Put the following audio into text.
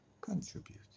contribute